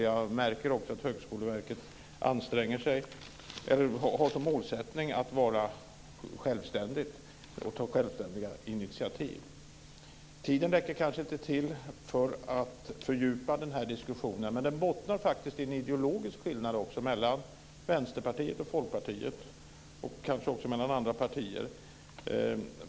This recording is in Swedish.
Jag märker också att Högskoleverket har som målsättning att vara självständigt och ta självständiga initiativ. Tiden räcker kanske inte till för att fördjupa den här diskussionen, men den bottnar faktiskt i en ideologisk skillnad också mellan Vänsterpartiet och Folkpartiet, och kanske också mellan andra partier.